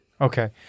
Okay